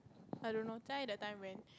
I don't know jiayi that time went